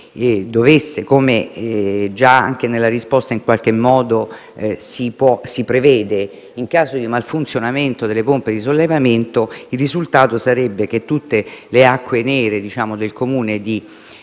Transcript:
che, come già anche nella risposta in qualche modo si prevede, in caso di malfunzionamento delle pompe di sollevamento il risultato sarebbe che tutte le acque nere del comune di